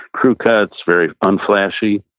crew cuts, very unflashy.